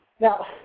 Now